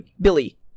billy